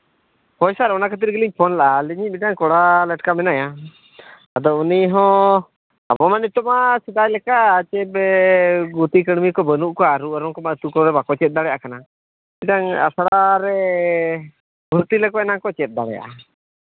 ᱦᱳᱭ ᱥᱟᱨ ᱚᱱᱟ ᱠᱷᱟᱹᱛᱤᱨ ᱜᱮᱞᱤᱧ ᱯᱷᱳᱱ ᱞᱮᱫᱼᱟ ᱟᱹᱞᱤᱧᱤᱡ ᱢᱤᱫᱴᱟᱝ ᱠᱚᱲᱟ ᱞᱮᱴᱠᱟ ᱢᱮᱱᱟᱭᱟ ᱟᱫᱚ ᱩᱱᱤ ᱦᱚᱸ ᱟᱵᱚ ᱢᱟ ᱱᱤᱛᱚᱜ ᱢᱟ ᱥᱮᱫᱟᱭ ᱞᱮᱠᱟ ᱪᱮᱫ ᱜᱩᱛᱤ ᱠᱟᱹᱬᱢᱤ ᱠᱚ ᱵᱟᱹᱱᱩᱜ ᱠᱚᱣᱟ ᱟᱹᱨᱩ ᱟᱹᱨᱩᱢ ᱠᱚᱢᱟ ᱟᱹᱛᱩ ᱠᱚᱨᱮᱫ ᱵᱟᱠᱚ ᱪᱮᱫ ᱫᱟᱲᱮᱭᱟᱜ ᱠᱟᱱᱟ ᱢᱤᱫᱴᱟᱝ ᱟᱥᱲᱟ ᱨᱮ ᱵᱷᱩᱨᱛᱤ ᱞᱮᱠᱚ ᱮᱱᱟᱝ ᱠᱚ ᱪᱮᱫ ᱫᱟᱲᱮᱭᱟᱜᱼᱟ